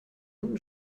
unten